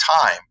time